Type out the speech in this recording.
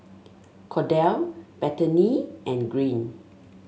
Kordell Bethany and Green